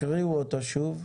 תקריאו אותו שוב,